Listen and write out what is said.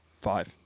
five